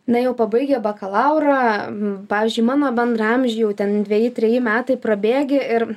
na jau pabaigę bakalaurą pavyzdžiui mano bendraamžiai jau ten dveji treji metai prabėgę ir